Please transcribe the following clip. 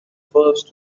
first